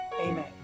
Amen